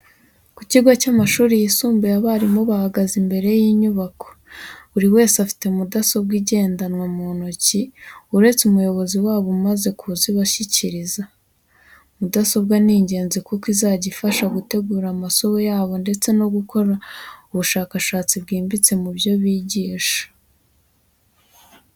Ku kigo cy'amashuri yisumbuye abarimu bahagaze imbere y'inyubako, buri wese afite mudasobwa igendanwa mu ntoki uretse umuyobozi wabo umaze kuzibashyikiriza. Mudasobwa ni ingenzi kuko izajya ibafasha gutegura amasomo yabo ndetse no gukora ubushakashatsi bwimbitse mu byo bigisha.